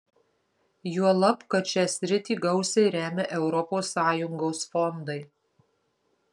juolab kad šią sritį gausiai remia europos sąjungos fondai